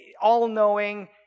all-knowing